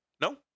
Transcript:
No